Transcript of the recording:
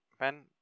men